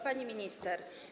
Pani Minister!